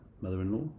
mother-in-law